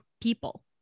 people